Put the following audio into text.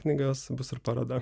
knygos bus ir paroda